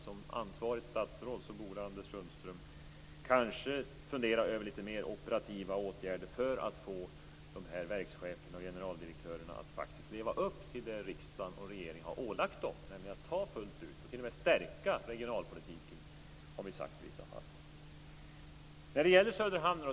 Som ansvarigt statsråd borde Anders Sundström i stället kanske fundera över litet mer operativa åtgärder för att få dessa verkschefer och generaldirektörer att leva upp till det riksdagen och regeringen har ålagt dem, nämligen att fullt ut ta ansvar för regionalpolitiken och i vissa fall t.o.m. stärka den.